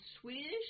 Swedish